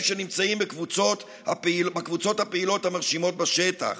שנמצאים בקבוצות הפעילות המרשימות בשטח.